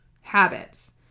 habits